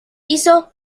hizo